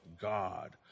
God